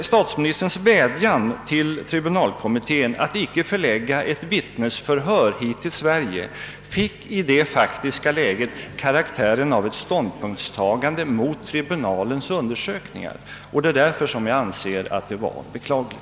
Statsministerns vädjan till tribunalkommittén att icke förlägga ett vittnesförhör hit till Sverige fick i det faktiska läget karaktären av ett ståndpunktstagande mot tribunalens undersökningar, och det är därför jag anser att den var beklaglig.